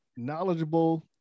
knowledgeable